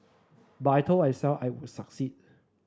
but I told I self I would succeed